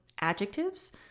adjectives